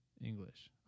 English